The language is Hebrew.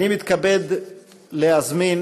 אני מתכבד להזמין